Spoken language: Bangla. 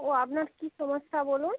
ও আপনার কী সমস্যা বলুন